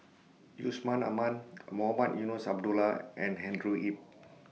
Yusman Aman Mohamed Eunos Abdullah and Andrew Yip